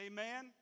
Amen